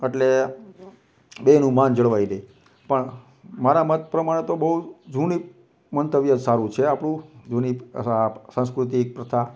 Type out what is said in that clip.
અટલે બેયનું માન જળવાઈ રહે પણ મારા મત પ્રમાણે તો બહુ જૂની મંતવ્ય જ સારું છે આપણું જૂની અ સંસ્કૃતિ પ્રથા